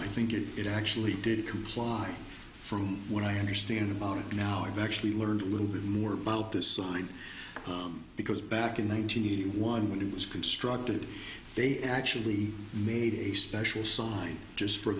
i think it it actually did comply from what i understand about it now i've actually learned a little bit more about this sign because back in one nine hundred eighty one when it was constructed they actually made a special sign just for